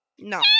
No